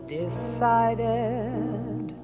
decided